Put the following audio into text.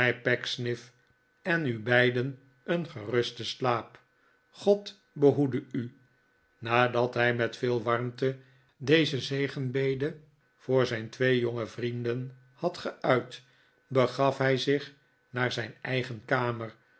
en u beiden een gerusten slaap god behoede u nadat hij met veel warmte deze zegenbede voor zijn twee jonge vrienden had geuit begaf hij zich naar zijn ei gen kamer